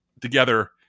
together